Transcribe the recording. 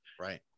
Right